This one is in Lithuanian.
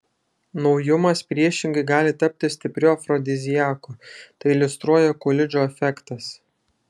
naujumas priešingai gali tapti stipriu afrodiziaku tai iliustruoja kulidžo efektas